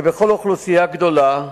כבכל אוכלוסייה גדולה,